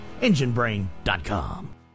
EngineBrain.com